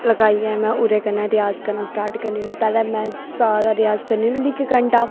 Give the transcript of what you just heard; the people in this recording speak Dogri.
लगाइयै में ओह्दे कन्नै रिआज करना स्टार्ट करनी होन्नी पैह्लें में सा दा रिआज करनी मतलब इक घंटा